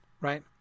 Right